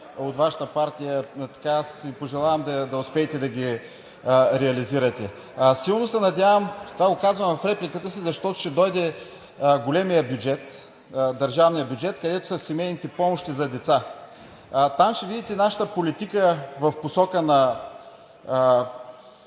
в тази посока. Аз Ви пожелавам да успеете да ги реализирате. Това го казвам в репликата си, защото ще дойде големият бюджет, държавният бюджет, където са семейните помощи за деца. Там ще видите нашата политика в посока на